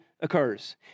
occurs